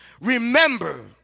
remember